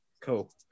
cool